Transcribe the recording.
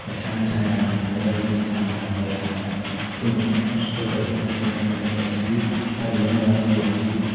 ꯄꯩꯁꯥ ꯅꯨꯡꯁꯥ ꯌꯥꯝꯅ ꯐꯪꯒꯗꯕꯗꯨꯒꯤ ꯃꯃꯜ ꯍꯟꯊꯍꯟꯕ ꯁꯤꯒꯨꯝꯕ ꯀꯌꯥꯃꯔꯨꯝ ꯑꯃꯁꯨ ꯊꯣꯛꯇꯕꯗꯤ ꯅꯠꯇꯦ ꯃꯔꯝ ꯑꯗꯨꯅ ꯃꯁꯤꯗꯒꯤ ꯀꯟꯖꯅꯕ ꯑꯩꯒꯤ ꯑꯣꯏꯅꯗꯤ